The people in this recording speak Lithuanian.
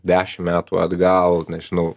dešim metų atgal nežinau